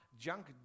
junk